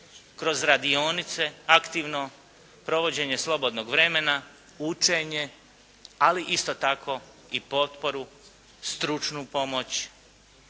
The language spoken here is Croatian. kroz radionice, aktivno provođenje provođenje slobodnog vremena, učenje, ali isto tako i potporu, stručnu pomoć